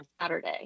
Saturday